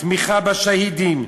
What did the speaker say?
תמיכה בשהידים.